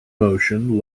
motion